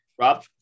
Rob